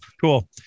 cool